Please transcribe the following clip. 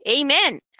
Amen